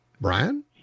Brian